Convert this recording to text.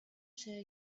share